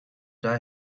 die